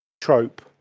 trope